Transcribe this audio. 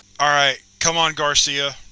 alright. come on, garcia.